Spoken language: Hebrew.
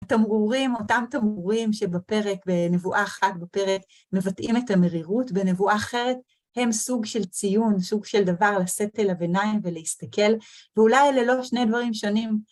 תמרורים, אותם תמרורים שבפרק, בנבואה אחת בפרק, מבטאים את המרירות, בנבואה אחרת הם סוג של ציון, סוג של דבר לשאת אליו עיניים ולהסתכל, ואולי אלה לא שני דברים שונים.